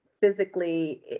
physically